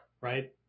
right